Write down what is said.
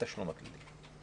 בתשלום הכללי.